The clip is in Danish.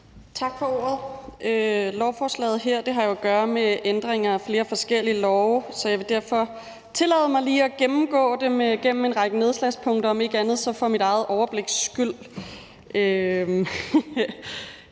Tak for ordet. Lovforslaget her har jo at gøre med ændringer af flere forskellige love, så jeg vil derfor tillade mig lige at gennemgå dem gennem en række nedslagspunkter, om ikke andet, så for mit eget overbliks skyld.